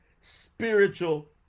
spiritual